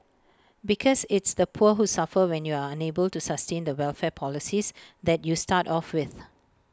because it's the poor who suffer when you're unable to sustain the welfare policies that you start off with